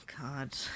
God